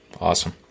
Awesome